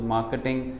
Marketing